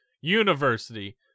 University